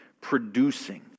producing